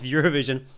Eurovision